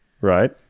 right